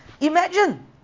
Imagine